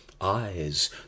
Eyes